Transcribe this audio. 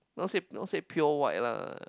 not say not say pure white lah